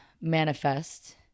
manifest